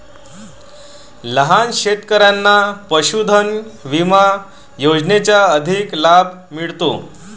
लहान शेतकऱ्यांना पशुधन विमा योजनेचा अधिक लाभ मिळतो